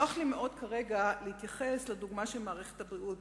נוח לי מאוד כרגע להתייחס לדוגמה של מערכת הבריאות,